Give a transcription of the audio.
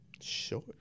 Sure